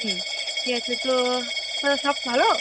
হুম ঠিক আছে তো তোরা সব ভালো